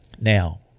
now